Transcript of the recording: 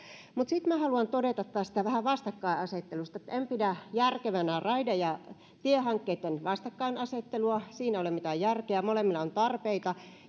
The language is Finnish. mutta sitten haluan todeta tästä vähän vastakkainasettelusta että en pidä järkevänä raide ja tiehankkeiden vastakkainasettelua ei siinä ole mitään järkeä molemmilla on tarpeita